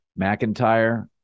McIntyre